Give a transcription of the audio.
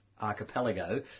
Archipelago